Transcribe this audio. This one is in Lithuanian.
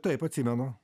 taip atsimenu